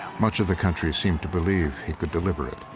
much of the country seemed to believe he could deliver it.